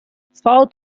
south